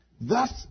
Thus